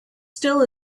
still